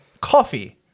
coffee